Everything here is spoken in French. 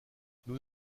nous